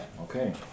Okay